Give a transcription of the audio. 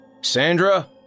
Sandra